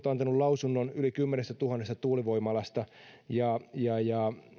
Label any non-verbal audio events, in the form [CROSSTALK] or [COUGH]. [UNINTELLIGIBLE] on antanut lausunnon yli kymmenestätuhannesta tuulivoimalasta ja ja